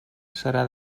serà